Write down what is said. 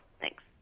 Thanks